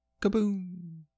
Kaboom